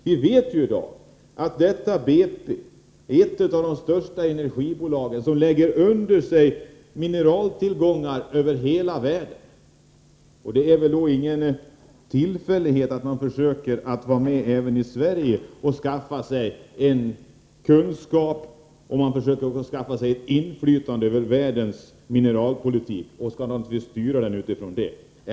Vi vet ju i dag att BP är ett av de största energibolagen som lägger under sig mineraltillgångar över hela världen. Det är ingen tillfällighet att företaget försöker vara med även i Sverige och skaffa sig kunskap. Man försöker skaffa sig inflytande över världens mineralpolitik och skall naturligtvis styra den utifrån detta.